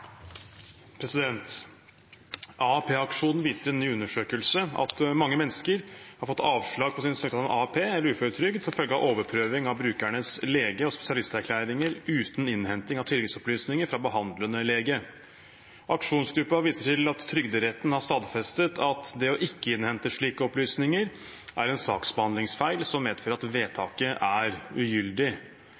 viser i en ny undersøkelse at mange mennesker har fått avslag på sin søknad om AAP eller uføretrygd som følge av overprøving av brukernes lege og spesialisterklæringer uten innhenting av tilleggsopplysninger fra behandlende lege. Aksjonsgruppen viser til at Trygderetten har stadfestet at det å ikke innhente slike opplysninger er en saksbehandlingsfeil som medfører at vedtaket er ugyldig.